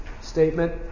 statement